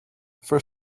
for